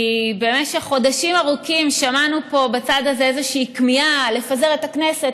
כי במשך חודשים ארוכים שמענו פה בצד הזה איזושהי כמיהה לפזר את הכנסת,